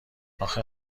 اخه